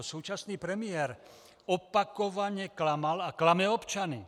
Současný premiér opakovaně klamal a klame občany.